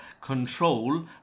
control